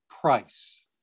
price